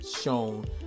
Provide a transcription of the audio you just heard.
shown